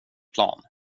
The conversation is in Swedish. plan